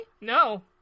No